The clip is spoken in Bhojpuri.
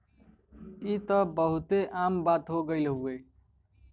ई त बहुते आम बात हो गइल हउवे